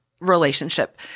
relationship